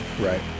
Right